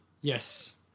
Yes